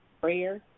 prayer